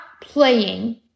playing